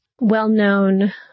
well-known